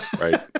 Right